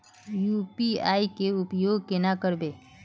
UPI के उपयोग केना करबे?